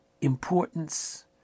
importance